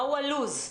מהו הלו"ז?